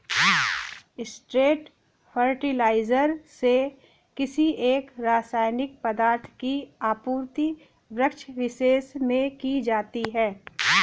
straight fertiliser से किसी एक रसायनिक पदार्थ की आपूर्ति वृक्षविशेष में की जाती है